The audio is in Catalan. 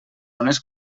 unes